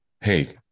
hey